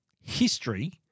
history